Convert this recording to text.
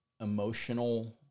emotional